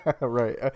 Right